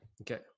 Okay